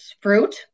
fruit